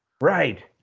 Right